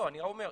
לא אני אומר,